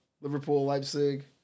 Liverpool-Leipzig